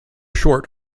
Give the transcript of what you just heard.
short